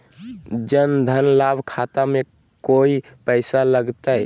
जन धन लाभ खाता में कोइ पैसों लगते?